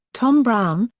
tom brown,